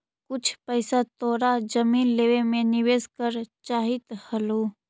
कुछ पइसा तोरा जमीन लेवे में निवेश करे चाहित हलउ